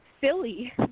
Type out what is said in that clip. silly